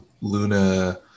Luna